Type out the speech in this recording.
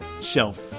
shelf